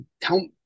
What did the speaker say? tell